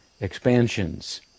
expansions